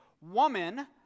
Woman